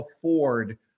afford